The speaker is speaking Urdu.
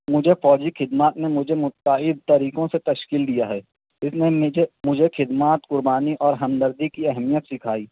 مجھے فوجی خدمات نے مجھے متعدد طریقوں سے تشکیل دیا ہے اس نے مجھے مجھے خدمات قربانی اور ہمدردی کی اہمیت سکھائی